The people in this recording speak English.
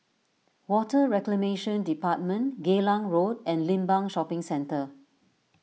Water Reclamation Department Geylang Road and Limbang Shopping Centre